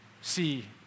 See